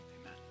Amen